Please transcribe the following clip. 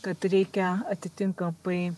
kad reikia atitinkamai